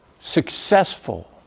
successful